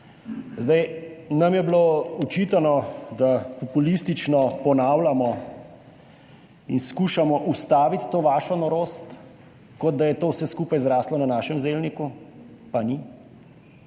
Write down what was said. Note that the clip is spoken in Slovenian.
Nam je bilo očitano, da populistično ponavljamo in skušamo ustaviti to vašo norost, kot da je to vse skupaj zraslo na našem zelniku, pa ni.